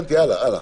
הלאה, הלאה.